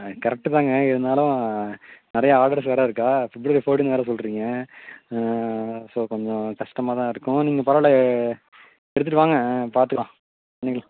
ஆ correct தாங்க இருந்தாலும் நிறையா ஆர்டர்ஸ் வேறு இருக்கா ஃபிப்ரவரி ஃபோர்ட்டீன் வேறு சொல்கிறீங்க ஆ ஸோ கொஞ்சம் கஷ்டமாகதான் இருக்கும் நீங்கள் பரவாயில்லை எடுத்துகிட்டு வாங்க ஆ பார்த்துக்கலாம் பண்ணிக்கலாம்